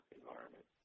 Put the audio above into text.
environment